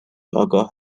آگاه